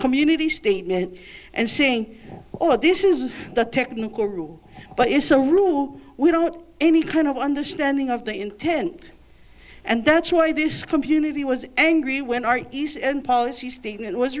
community statement and saying oh this is the technical rule but as a rule we don't any kind of understanding of the intent and that's why this community was angry when our east end policy statement